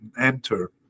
enter